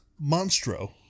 Monstro